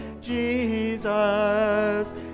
Jesus